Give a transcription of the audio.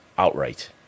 Outright